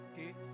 okay